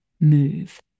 move